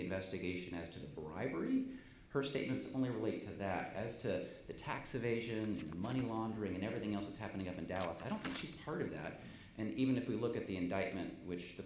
investigation as to the bribery her statements only relate to that as to the tax evasion money laundering and everything else that's happening up in dallas i don't think she's heard of that and even if we look at the indictment which the